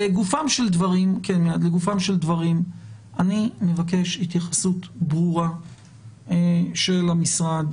לגופם של דברים, אני מבקש התייחסות ברורה של המשרד